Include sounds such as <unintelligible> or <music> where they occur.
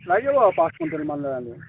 লাগিব পাঁচ কুইণ্টেলমান <unintelligible>